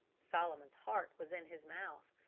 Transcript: solomon's heart was in his mouth.